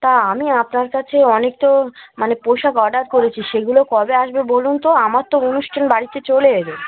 তা আমি আপনার কাছে অনেক তো মানে পোশাক অর্ডার করেছি সেগুলো কবে আসবে বলুন তো আমার তো অনুষ্ঠান বাড়িতে চলে এলো